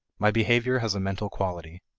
my behavior has a mental quality.